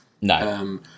No